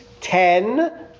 ten